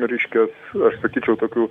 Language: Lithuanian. reiškia aš sakyčiau tokių